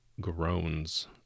groans